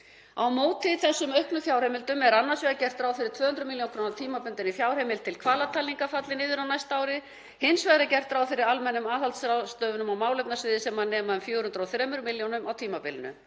Á móti þessum auknu fjárheimildum er annars vegar gert ráð fyrir að 200 millj. kr. tímabundin fjárheimild til hvalatalningar falli niður á næsta ári. Hins vegar er gert ráð fyrir almennum aðhaldsráðstöfunum á málefnasviði sem nema um 403 millj. kr. á tímabilinu.